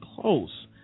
close